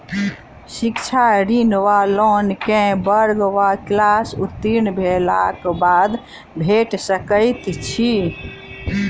शिक्षा ऋण वा लोन केँ वर्ग वा क्लास उत्तीर्ण भेलाक बाद भेट सकैत छी?